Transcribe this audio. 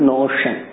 Notion